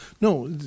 no